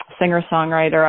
singer-songwriter